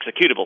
executable